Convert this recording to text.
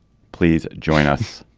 please join us.